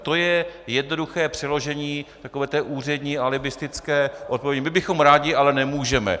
To je jednoduché přeložení úřední alibistické odpovědi: my bychom rádi, ale nemůžeme.